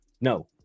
No